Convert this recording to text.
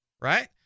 right